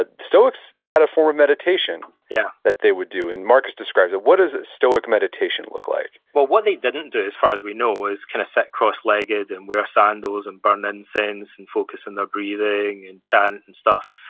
ah stoics had a form of meditation yeah that they would do, and marcus describes it. what does stoic meditation look like? well, what they didn't do, as far as we know, is kind of sit cross-legged, and wear sandals, and burn incense, and focus on their breathing, and chant, and stuff.